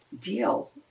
deal